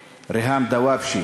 לעילוי נשמתה של) ריהאם דוואבשה.